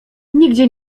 nigdzie